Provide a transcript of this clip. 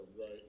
right